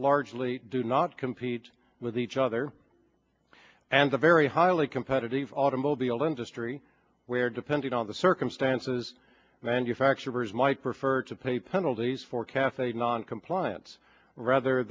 largely do not compete with each other and a very highly competitive automobile industry where depending on the circumstances manufacturers might prefer to pay penalties for cathay noncompliance rather